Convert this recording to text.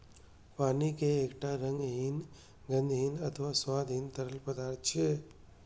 पानि एकटा रंगहीन, गंधहीन आ स्वादहीन तरल पदार्थ छियै